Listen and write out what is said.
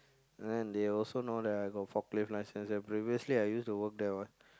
and then they also know that I got forklift license and previously I used to work there what